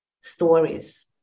stories